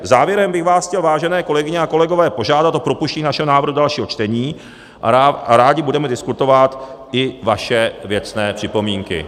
Závěrem bych vás chtěl, vážené kolegyně a kolegové, požádat o propuštění našeho návrhu do druhého čtení a rádi budeme diskutovat i vaše věcné připomínky.